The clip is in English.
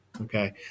Okay